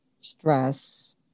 stress